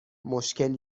مشکل